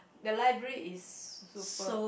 the library is super